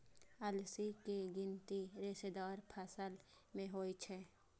अलसी के गिनती रेशेदार फसल मे होइ छै